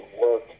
work